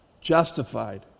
justified